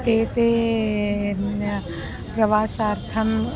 ते ते प्रवासार्थम्